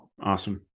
Awesome